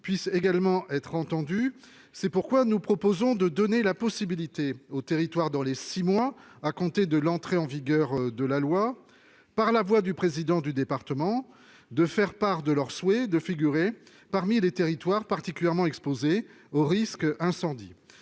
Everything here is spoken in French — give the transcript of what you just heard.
puisse également être entendue. C'est pourquoi nous proposons de donner la possibilité aux territoires, dans les six mois à compter de l'entrée en vigueur de la loi, de faire part, par la voix du président du conseil départemental, de leur souhait de figurer parmi les territoires particulièrement exposés au risque incendie.